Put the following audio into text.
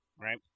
right